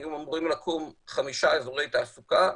היו אמורים לקום חמישה אזורי תעסוקה,